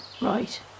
Right